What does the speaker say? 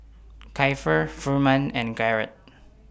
Kiefer Furman and Garrett